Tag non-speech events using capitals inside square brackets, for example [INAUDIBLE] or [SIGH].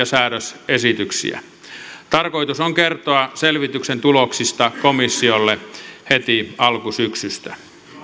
[UNINTELLIGIBLE] säädös esityksiä tarkoitus on kertoa selvityksen tuloksista komissiolle heti alkusyksystä